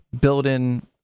build-in